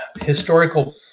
historical